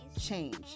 change